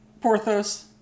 Porthos